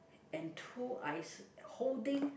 and two eyes holding